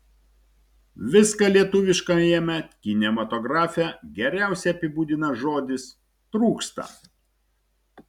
viską lietuviškajame kinematografe geriausiai apibūdina žodis trūksta